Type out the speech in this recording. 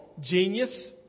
genius